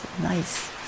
nice